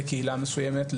לקהילה מסוימת,